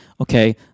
okay